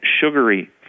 sugary